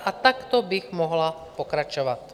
A takto bych mohla pokračovat.